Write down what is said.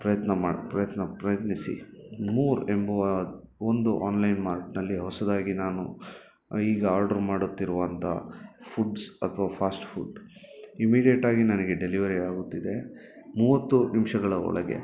ಪ್ರಯತ್ನ ಪ್ರಯತ್ನ ಪ್ರಯತ್ನಿಸಿ ಮೋರ್ ಎಂಬುವ ಒಂದು ಆನ್ಲೈನ್ ಮಾರ್ಕೆಟ್ನಲ್ಲಿ ಹೊಸದಾಗಿ ನಾನು ಈಗ ಆರ್ಡರ್ ಮಾಡುತ್ತಿರುವಂಥ ಫುಡ್ಸ್ ಅಥವಾ ಫಾಸ್ಟ್ ಫುಡ್ ಇಮಿಡಿಯೇಟ್ ಆಗಿ ನನಗೆ ಡೆಲಿವರಿ ಆಗುತ್ತಿದೆ ಮೂವತ್ತು ನಿಮಿಷಗಳ ಒಳಗೆ